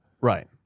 Right